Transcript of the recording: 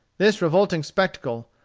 this revolting spectacle,